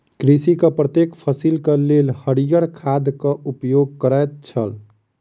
कृषक प्रत्येक फसिलक लेल हरियर खादक उपयोग करैत छल